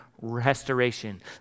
restoration